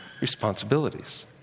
responsibilities